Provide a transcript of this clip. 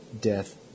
death